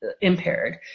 impaired